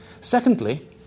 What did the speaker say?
Secondly